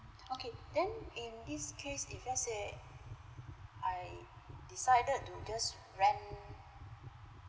okay then in this case if let's say I decided to just rent